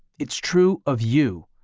it's true of you.